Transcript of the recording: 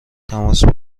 تماس